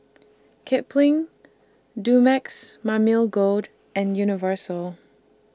Kipling Dumex Mamil Gold and Universal